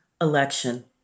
election